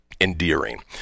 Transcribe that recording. endearing